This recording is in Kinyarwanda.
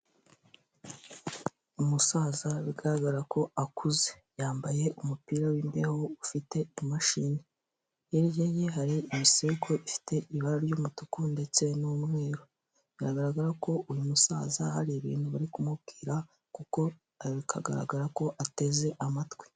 Umusaza bigaragara ko akuze yambaye umupira w'imbeho ufite imashini, hirya ye hari imisego ifite ibara ry'umutuku ndetse n'umweru, biragaragara ko uyu musaza hari ibintu bari kumubwira kuko bikagaragara ko ateze amatwi.